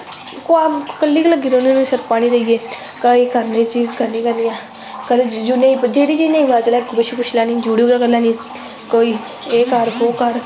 कल्ली गै लग्गी रौंह्नी रौह्नी सिर पानी देईयै एह् चीज़ करनीं गै करनी ऐ जेह्ड़ी चीज़ नेंई पता चलै पुच्छी लैनी कुड़ी होऐ कन्नै जे कर बो कर